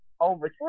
over